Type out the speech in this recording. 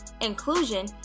inclusion